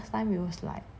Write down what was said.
time was like